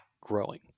growing